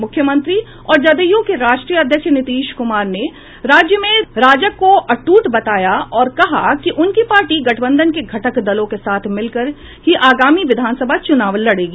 मुख्यमंत्री और जदयू के राष्ट्रीय अध्यक्ष नीतीश कुमार ने राज्य में राजग को अटूट बताया और कहा कि उनकी पार्टी गठबंधन के घटक दलों के साथ मिलकर ही आगामी विधानसभा चुनाव लड़ेगी